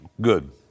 good